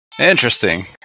interesting